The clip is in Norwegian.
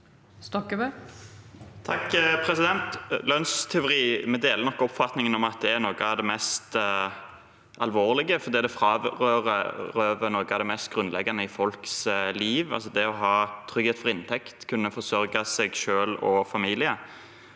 det gjel- der lønnstyveri, deler vi nok oppfatningen om at det er noe av det mest alvorlige, fordi det frarøver noe av det mest grunnleggende i folks liv: det å ha trygghet for inntekt og kunne forsørge seg selv og familien.